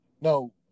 no